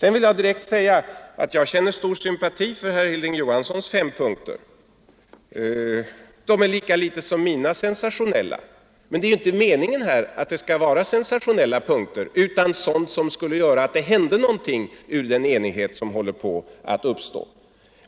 Jag vill direkt säga att jag känner stor sympati för herr Johanssons fem punkter. De är lika litet som mina sensationella. Men det är inte heller meningen att de skall vara sensationella utan att de skall föranleda att någonting händer till följd av den enighet som håller på att uppstå.